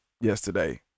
yesterday